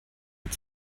hat